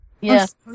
Yes